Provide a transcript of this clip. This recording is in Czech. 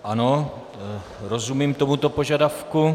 Ano, rozumím tomuto požadavku.